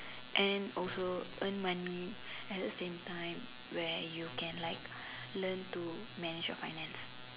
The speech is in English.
and also earn money at the same time where you can learn to manage your finance